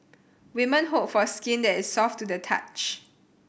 women hope for skin that is soft to the touch